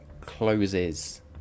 closes